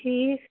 ٹھیٖک